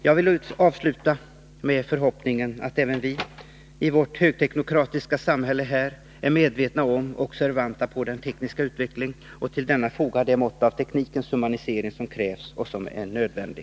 Jag vill avsluta med förhoppningen att även vi, i vårt högteknokratiska samhälle, är medvetna om och observanta på den tekniska utvecklingen — och till denna fogar det mått av teknikens humanisering som är nödvändig.